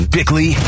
Bickley